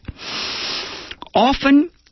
Often